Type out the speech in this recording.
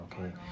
okay